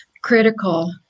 critical